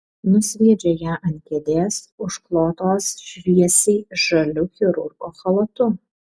nusviedžia ją ant kėdės užklotos šviesiai žaliu chirurgo chalatu